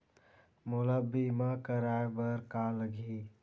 मोला बीमा कराये बर का का लगही?